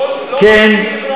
לא, כן.